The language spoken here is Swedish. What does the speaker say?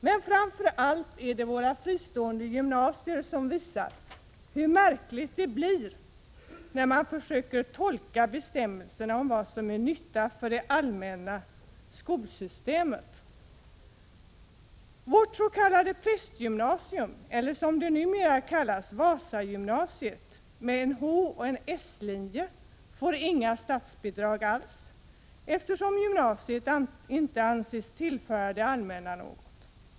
Men framför allt är det våra fristående gymnasier som visar hur märkligt det blir när man försöker tolka bestämmelserna om vad som är till nytta för det allmänna skolsystemet. Vårt s.k. prästgymnasium — eller, som det numera kallas, Vasagymnasiet — med en H och en S-linje får inga statsbidrag alls, eftersom gymnasiet inte anses tillföra det allmänna något.